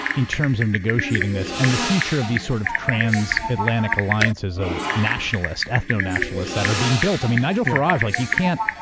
in terms of negotiating this and the future of these sort of transatlantic alliances of nationalist, ethno nationalists that are being built. nigel farage, like you can't.